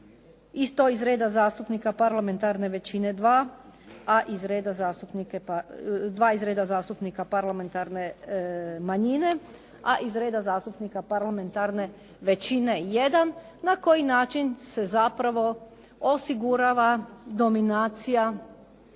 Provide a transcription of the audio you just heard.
i to iz reda zastupnika parlamentarne većine dva, dva iz reda zastupnika parlamentarne manjine, a iz reda zastupnika parlamentarne većine jedan na koji način se zapravo osigurava dominacija